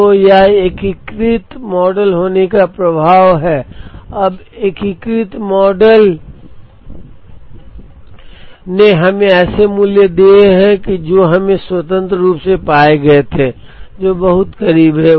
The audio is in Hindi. तो यह एकीकृत मॉडल होने का प्रभाव है अब एकीकृत मॉडल ने हमें ऐसे मूल्य दिए हैं जो हम स्वतंत्र रूप से पाए गए थे जो बहुत करीब हैं